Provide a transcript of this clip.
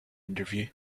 interview